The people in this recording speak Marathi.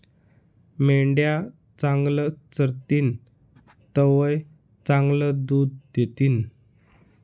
मेंढ्या चांगलं चरतीन तवय चांगलं दूध दितीन